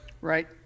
Right